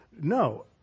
No